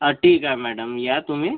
हा ठीक आहे मॅडम या तुम्ही